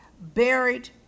buried